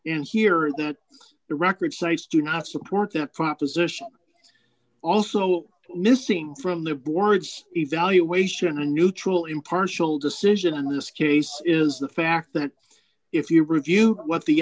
in here that the record cites do not support that proposition also missing from the words evaluation a neutral impartial decision in this case is the fact that if you review what the